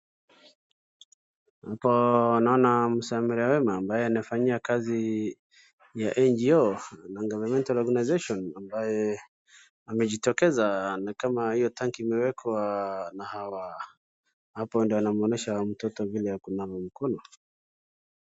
Hapo naona msamaria mwema ambaye anafanyia kazi ya NGO, Non Governmental Organisation ambaye amejitokeza na kama hiyo tanki imewekwa na hawa na hapo ndio anamuonyesha mtoto vile ya kunawa mikono.